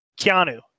Keanu